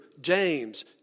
James